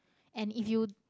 and if you